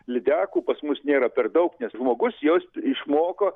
lydekų pas mus nėra per daug nes žmogus jos išmoko